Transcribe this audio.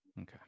Okay